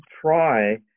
try